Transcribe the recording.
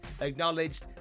acknowledged